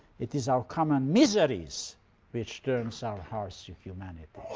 it is our common miseries which turns our hearts to humanity.